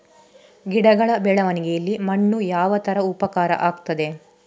ಗಿಡಗಳ ಬೆಳವಣಿಗೆಯಲ್ಲಿ ಮಣ್ಣು ಯಾವ ತರ ಉಪಕಾರ ಆಗ್ತದೆ?